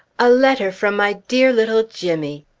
a letter from my dear little jimmy!